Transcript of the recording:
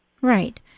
Right